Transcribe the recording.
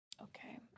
Okay